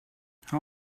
how